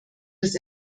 des